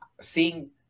seeing